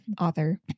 author